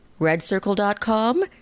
redcircle.com